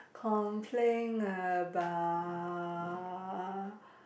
complain about